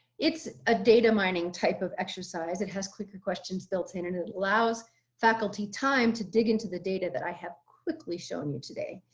it's a data mining type of exercise. it has clicker questions built in, and it allows faculty time to dig into the data that i have quickly shown you today.